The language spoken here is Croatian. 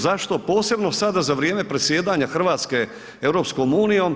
Zašto posebno sada za vrijeme predsjedanja Hrvatske EU?